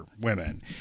women